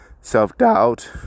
self-doubt